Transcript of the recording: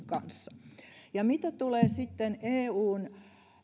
kanssa ja mitä tulee sitten eun